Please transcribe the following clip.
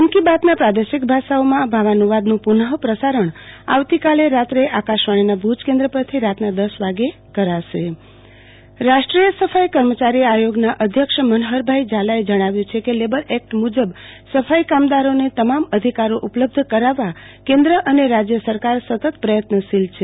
મન કી બાતના પ્રાદેશિક ભાષાઓમાં ભાવાનું વાદનું પુન્પ્રસારણ આવતીકાલે રાત્રે આકાશવાણીના ભુજ કેન્દ્ર પરથી રાતના દસ વાગે કરાશે આરતીબેન ભદ્દ સફાઈ કામદાર અધિકાર રાષ્ટ્રીય સફાઈ કર્મચારી આયોગના અધ્યક્ષ મનહરભાઈ ઝાલાએ જણાવ્યુ છે કે લેબર એક્ટ મુ બજ સફાઈ કામદારોને તમામ અધિકારો ઉપલબ્ધ કરાવવા કેન્દ્ર અને રાજ સરકાર પ્રયત્નશીલ છે